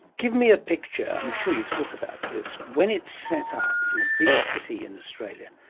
give me a picture. i'm sure you've thought about this. when it's set up in a big city in australia,